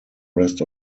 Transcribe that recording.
rest